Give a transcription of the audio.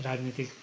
राजनीतिक